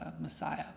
Messiah